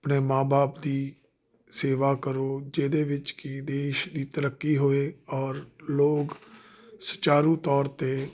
ਆਪਣੇ ਮਾਂ ਬਾਪ ਦੀ ਸੇਵਾ ਕਰੋ ਜਿਹਦੇ ਵਿੱਚ ਕਿ ਦੇਸ਼ ਦੀ ਤਰੱਕੀ ਹੋਏ ਔਰ ਲੋਕ ਸੁਚਾਰੂ ਤੌਰ 'ਤੇ